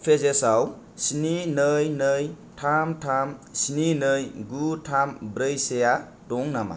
पेजेसआव स्नि नै नै थाम थाम स्नि नै गु थाम ब्रै सेआ दं नामा